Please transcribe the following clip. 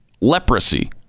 leprosy